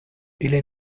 ili